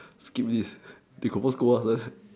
skip this they confirm scold us one